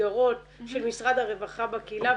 ומסגרות של משרד הרווחה בקהילה,